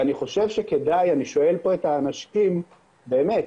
אני חושב שכדאי, אני שואל פה את האנשים, באמת,